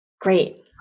Great